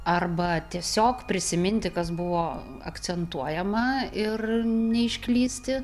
arba tiesiog prisiminti kas buvo akcentuojama ir neišklysti